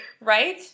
Right